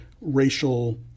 racial